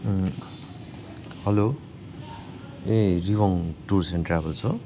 hello ए Jiwang tours and travels हो